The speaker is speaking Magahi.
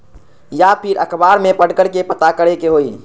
या फिर अखबार में पढ़कर के पता करे के होई?